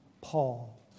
Paul